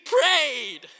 prayed